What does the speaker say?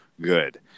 good